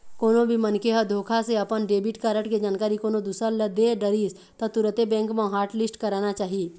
कोनो भी मनखे ह धोखा से अपन डेबिट कारड के जानकारी कोनो दूसर ल दे डरिस त तुरते बेंक म हॉटलिस्ट कराना चाही